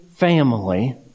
family